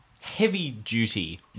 heavy-duty